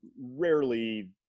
rarely